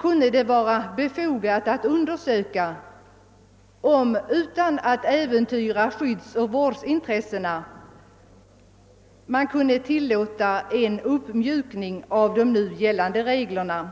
kunde det vara befogat att undersöka huruvida man — utan att äventyra skyddsoch vårdintressena — kunde tillåta en uppmjukning av reglerna.